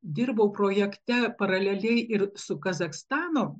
dirbau projekte paraleliai ir su kazachstano